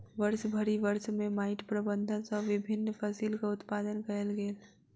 वर्षभरि वर्ष में माइट प्रबंधन सॅ विभिन्न फसिलक उत्पादन कयल गेल